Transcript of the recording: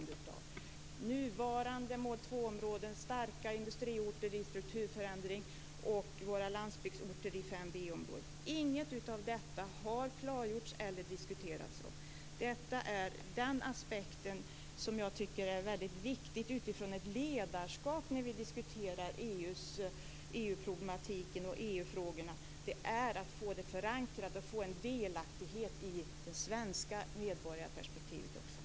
När det gäller nuvarande mål 2-områden, starka industriorter i strukturförändring och våra landsbygdsorter i 5 B området har ingenting av detta klargjorts eller diskuterats. Den aspekt som jag tycker är väldigt viktig utifrån ett ledarskap när vi diskuterar EU problematiken och EU-frågorna är att få det hela förankrat och att få en delaktighet också i det svenska medborgarperspektivet.